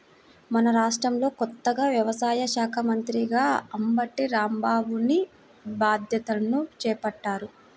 మన రాష్ట్రంలో కొత్తగా వ్యవసాయ శాఖా మంత్రిగా అంబటి రాంబాబుని బాధ్యతలను చేపట్టారు